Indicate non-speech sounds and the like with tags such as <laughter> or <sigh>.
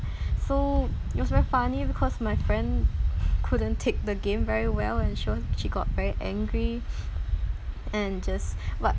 so it was very funny because my friend couldn't take the game very well and she wa~ she got very angry <noise> and just but